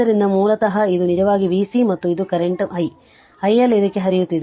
ಆದ್ದರಿಂದ ಮೂಲತಃ ಇದು ನಿಜವಾಗಿ v C ಮತ್ತು ಇದು ಕರೆಂಟ್ ಮತ್ತು i I L ಇದಕ್ಕೆ ಹರಿಯುತ್ತಿದೆ